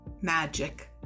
magic